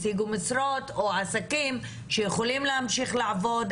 השיגו משרות או עסקים והן יכולות להמשיך לעבוד,